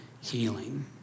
healing